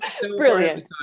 Brilliant